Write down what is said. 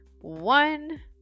One